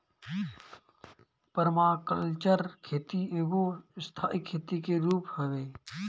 permaculture खेती एगो स्थाई खेती के रूप हवे